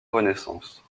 renaissance